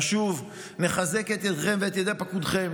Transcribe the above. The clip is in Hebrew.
נשוב ונחזק את ידיכם ואת ידי פקודיכם,